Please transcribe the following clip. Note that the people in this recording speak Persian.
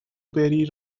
بری